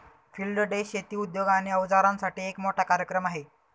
field day शेती उद्योग आणि अवजारांसाठी एक मोठा कार्यक्रम आहे